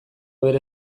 bere